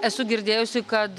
esu girdėjusi kad